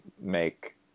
make